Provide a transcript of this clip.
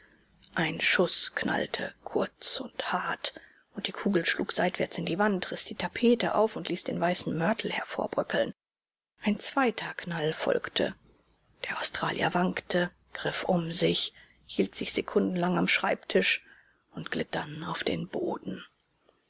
ein schuß knallte kurz und hart und die kugel schlug seitwärts in die wand riß die tapete auf und ließ den weißen mörtel hervorbröckeln ein zweiter knall folgte der australier wankte griff um sich hielt sich sekundenlang am schreibtisch und glitt dann auf den boden